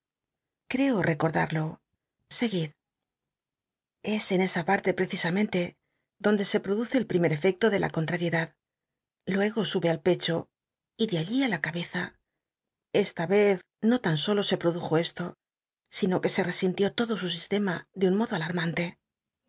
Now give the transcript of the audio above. creo reconlal'lo seguid es en esa parle precisa mente dond e se produce el prirncr efec to de la coulral'iedad luego sube al pecho y de alli i la cabcza esta ez no lan solo se produjo eslo sino que se resintió lodo su si tcma de un modo alarmantc